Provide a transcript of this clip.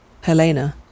Helena